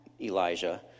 Elijah